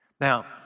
Now